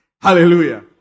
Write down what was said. Hallelujah